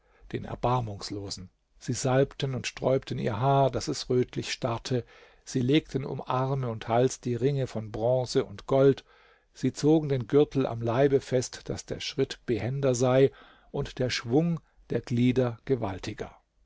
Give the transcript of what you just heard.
den erbarmungslosen sie salbten und sträubten ihr haar daß es rötlich starrte sie legten um arme und hals die ringe von bronze und gold sie zogen den gürtel am leibe fest daß der schritt behender sei und der schwung der glieder gewaltiger